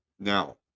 Now